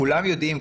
כולם יודעים,